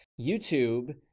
YouTube